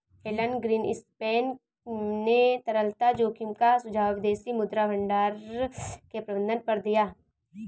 Elon Greenspan ने तरलता जोखिम का सुझाव विदेशी मुद्रा भंडार के प्रबंधन पर दिया